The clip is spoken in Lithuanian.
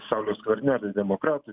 sauliaus skvernelio demokratų